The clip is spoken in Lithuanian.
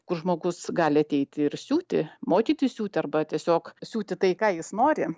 kur žmogus gali ateiti ir siūti mokytis siūti arba tiesiog siūti tai ką jis nori